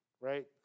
right